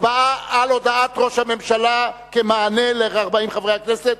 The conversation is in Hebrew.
הצבעה על הודעת ראש הממשלה במענה ל-40 חברי הכנסת.